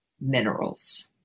minerals